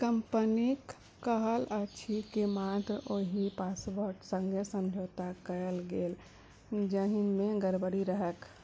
कम्पनीके कहल अछि कि मात्र ओहि पासवर्ड सङ्गे समझौता कयल गेल जाहिमे गड़बड़ी रहैक